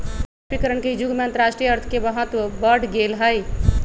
वैश्वीकरण के इ जुग में अंतरराष्ट्रीय अर्थ के महत्व बढ़ गेल हइ